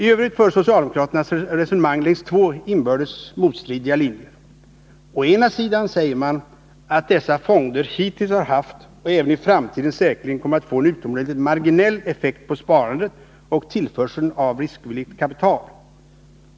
Tövrigt för socialdemokraterna resonemang längs två inbördes motstridiga linjer. Å ena sidan säger man att dessa fonder hittills har haft och även i framtiden säkerligen kommer att få en utomordentligt marginell effekt på sparandet och tillförseln av riskvilligt kapital.